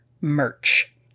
merch